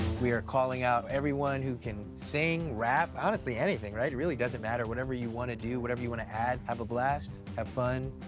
we are calling out everyone who can sing, rap. honestly, anything, right? really doesn't matter. whatever you wanna do. whatever you wanna add. have a blast. have fun.